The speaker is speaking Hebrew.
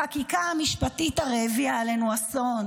החקיקה המשפטית הרי הביאה עלינו אסון,